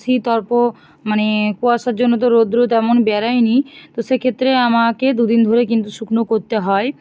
শীত অল্প মানে কুয়াশার জন্য তো রৌদ্র তেমন বেরোয় নি তো সেক্ষেত্রে আমাকে দু দিন ধরে কিন্তু শুকনো করতে হয়